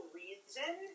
reason